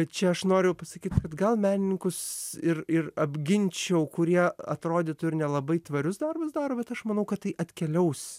čia aš noriu pasakyt kad gal menininkus ir ir apginčiau kurie atrodytų ir nelabai tvarius darbus daro bet aš manau kad tai atkeliaus